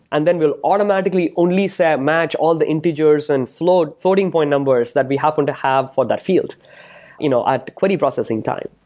and then we'll automatically only so match all the integers and floating floating point numbers that we happen to have for that field you know at query processing time.